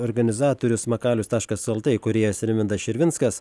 organizatorius makalius taškas lt įkūrėjas rimvydas širvinskas